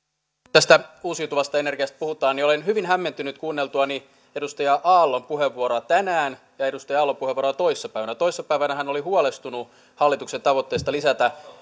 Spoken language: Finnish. tästä uusiutuvasta energiasta kun puhutaan niin olen hyvin hämmentynyt kuunneltuani edustaja aallon puheenvuoroa tänään ja edustaja aallon puheenvuoroa toissa päivänä toissa päivänä hän oli huolestunut hallituksen tavoitteista lisätä